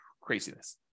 craziness